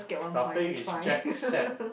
topic is jet set